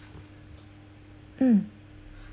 mm